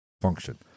function